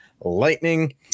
Lightning